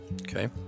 Okay